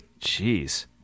Jeez